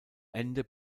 ende